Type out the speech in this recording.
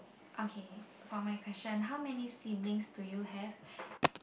okay for my question how many siblings do you have